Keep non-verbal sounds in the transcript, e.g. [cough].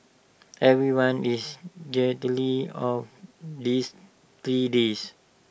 everyone is [unintelligible] of this three days